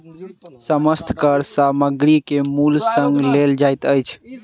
समस्त कर सामग्री के मूल्य संग लेल जाइत अछि